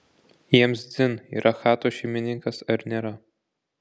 jiems dzin yra chatos šeimininkas ar nėra